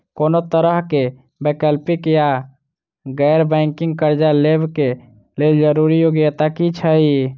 कोनो तरह कऽ वैकल्पिक वा गैर बैंकिंग कर्जा लेबऽ कऽ लेल जरूरी योग्यता की छई?